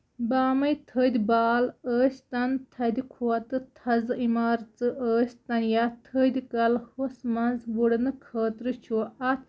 بامے تھٔدۍ بال ٲسۍ تَن تھدِ کھۄتہٕ تھزٕ عمارَتہٕ ٲسۍ تن یا تھٔدۍ کالہٕ ہُتھ منٛز وُڈنہٕ خٲطرٕ چھُ اَتھ